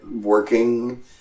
working